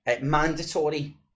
mandatory